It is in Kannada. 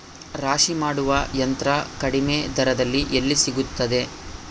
ರಾಶಿ ಮಾಡುವ ಯಂತ್ರ ಕಡಿಮೆ ದರದಲ್ಲಿ ಎಲ್ಲಿ ಸಿಗುತ್ತದೆ?